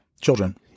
children